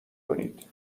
کنید